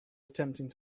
attempting